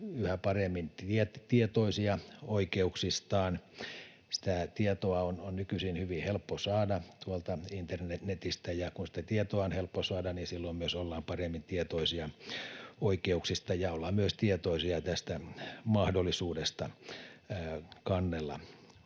yhä paremmin tietoisia oikeuksistaan. Sitä tietoa on nykyisin hyvin helppo saada tuolta internetistä, ja kun sitä tietoa on helppo saada, niin silloin myös ollaan paremmin tietoisia oikeuksista ja ollaan myös tietoisia tästä mahdollisuudesta kannella